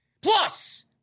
Plus